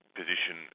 position